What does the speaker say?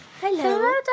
hello